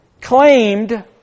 claimed